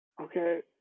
Okay